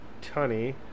Tunny